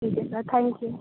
ठीक है sir thank you